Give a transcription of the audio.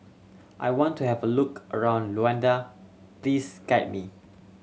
I want to have a look around Luanda please guide me